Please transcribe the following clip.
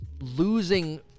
losing